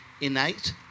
innate